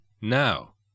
now